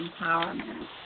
empowerment